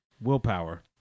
willpower